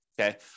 okay